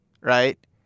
right